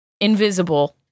invisible